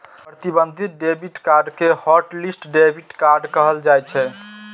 प्रतिबंधित debit card कें hotlist debit card कहल जाइ छै